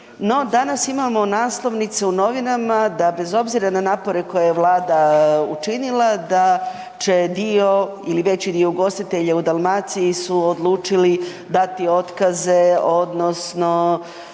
danas imamo naslovnice u novinama da bez obzira na napore koje Vlade učinila da će dio ili veći dio ugostitelja u Dalmaciji su odlučili dati otkaze odnosno